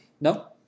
No